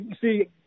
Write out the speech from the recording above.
see